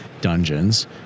dungeons